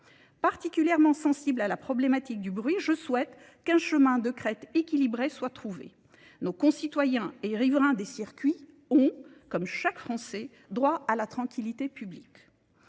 particulièrement sensible à la problématique du bruit, je souhaite qu'un chemin de crête équilibré soit trouvé. Nos concitoyens et riverains des circuits ont, comme chaque Français, droit à la tranquillité publique.